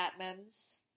Batmans